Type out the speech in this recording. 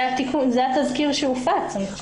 זה התזכיר שהופץ.